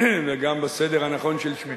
וגם בסדר הנכון של שמי.